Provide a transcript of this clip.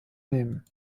nehmen